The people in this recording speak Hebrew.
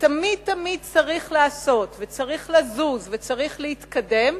שתמיד תמיד צריך לעשות וצריך לזוז וצריך להתקדם,